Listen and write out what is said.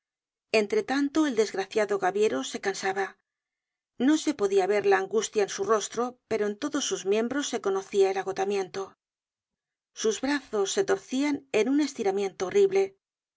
entre tanto el desgraciado gaviero se cansaba no se podia ver la angustia en su rostro pero en todos sus miembros se conocia el agotamiento sus brazos se torcian en un estiramiento horrible